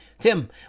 Tim